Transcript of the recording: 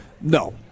No